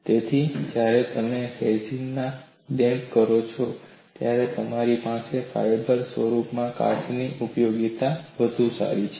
તેથી જ્યારે તમે રેઝિનમાં એમ્બેડ કરો છો ત્યારે તમારી પાસે ફાઇબર સ્વરૂપમાં કાચની ઉપયોગિતા વધુ સારી છે